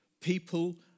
People